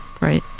right